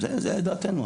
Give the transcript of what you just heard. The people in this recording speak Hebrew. זו דעתנו.